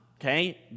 okay